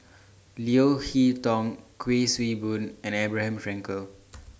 Leo Hee Tong Kuik Swee Boon and Abraham Frankel